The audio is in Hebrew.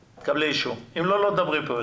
לא.